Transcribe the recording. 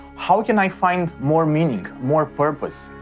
how can i find more meaning, more purpose?